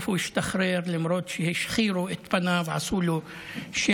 שהשתחרר בסוף למרות שהשחירו את פניו ועשו לו שיימינג.